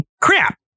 Crap